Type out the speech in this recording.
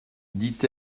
dit